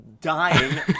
dying